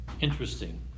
interesting